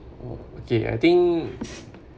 okay I think